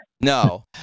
no